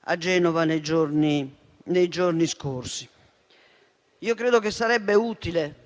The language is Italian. a Genova nei giorni scorsi. Credo che sarebbe utile